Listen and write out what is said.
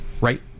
right